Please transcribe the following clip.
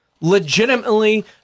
legitimately